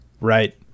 Right